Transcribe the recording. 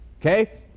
Okay